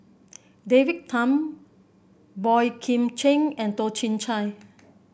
David Tham Boey Kim Cheng and Toh Chin Chye